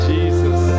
Jesus